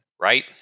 right